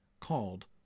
called